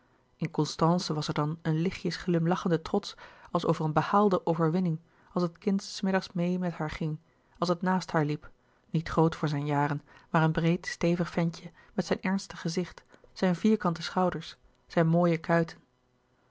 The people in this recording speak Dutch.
in constance was er dan een lichtjes glimlachende trots als over een behaalde overwinning als het kind s middags meê met haar ging als het naast haar liep niet groot voor zijne jaren maar een breed stevig ventje met zijn ernstig gezicht zijn vierkante schouders zijn mooie kuiten